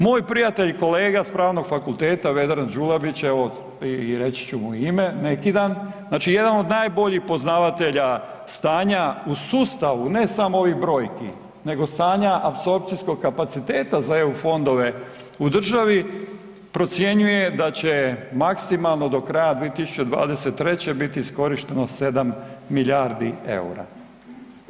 Moj prijatelj kolega s Pravnog fakulteta Vedran Đulabić, evo i reći ću mi i ime, neki dan, znači jedan od najboljih poznavatelja stanja u sustavu ne samo ovih brojki nego stanja apsorpcijskog kapaciteta za EU fondove u državi procjenjuje da će maksimalno do kraja 2023. biti iskorišteno 7 milijardi EUR-a.